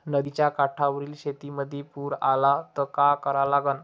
नदीच्या काठावरील शेतीमंदी पूर आला त का करा लागन?